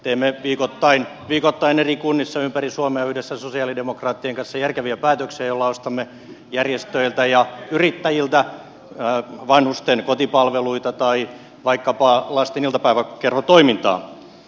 teemme viikoittain eri kunnissa ympäri suomea yhdessä sosialidemokraattien kanssa järkeviä päätöksiä joilla ostamme järjestöiltä ja yrittäjiltä vanhusten kotipalveluita tai vaikkapa lasten iltapäiväkerhotoimintaa